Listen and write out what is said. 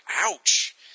ouch